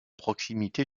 proximité